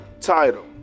title